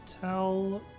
Tell